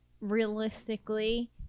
realistically